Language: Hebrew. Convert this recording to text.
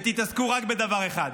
ותתעסקו רק בדבר אחד,